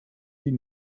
die